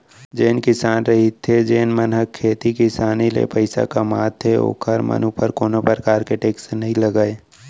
जेन किसान रहिथे जेन मन ह खेती किसानी ले पइसा कमाथे ओखर मन ऊपर कोनो परकार के टेक्स नई लगय